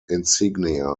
insignia